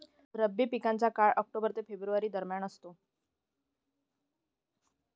रब्बी पिकांचा काळ ऑक्टोबर ते फेब्रुवारी दरम्यान असतो